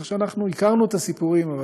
כך שאנחנו הכרנו את הסיפורים.